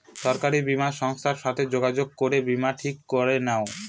সরকারি বীমা সংস্থার সাথে যোগাযোগ করে বীমা ঠিক করে নাও